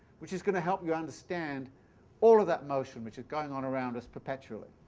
which is going to help you understand all of that motion which is going on around us perpetually.